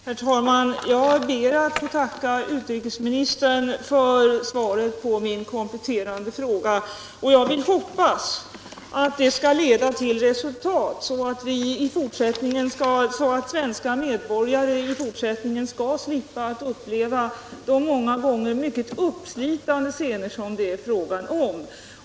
Herr talman! Jag ber att få tacka utrikesministern för svaret på min kompletterande fråga. Jag hoppas att det som gjorts skall leda till resultat, så att svenska medborgare i fortsättningen skall slippa uppleva de många gånger uppslitande scener som det här är fråga om.